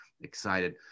excited